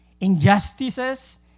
injustices